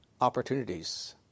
opportunities